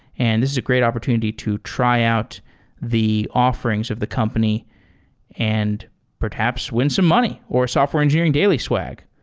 and this is a great opportunity to try out the offerings of the company and perhaps win some money or software engineering daily swag.